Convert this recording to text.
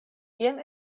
jen